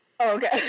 okay